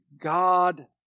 God